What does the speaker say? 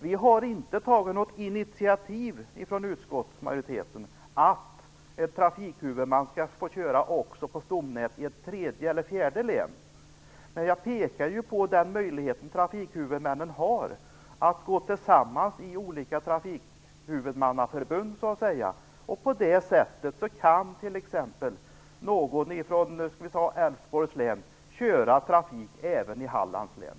Vi har inte tagit något initiativ från utskottsmajoriteten om att en trafikhuvudman också skall få köra på stomnätet i ett tredje eller fjärde län. Men jag pekar på den möjlighet som trafikhuvudmännen har att gå samman i olika "trafikhuvudmannaförbund". På det sättet kan t.ex. någon från Älvsborgs län bedriva trafik även i Hallands län.